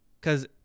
Cause